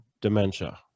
dementia